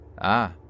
Ah